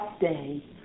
day